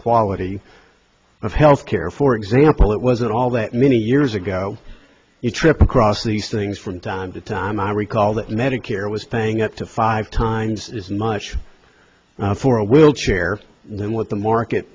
quality of healthcare for example it wasn't all that many years ago you trip across these things from time to time i recall that medicare was paying up to five times as much for a wheelchair than what the market